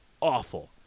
awful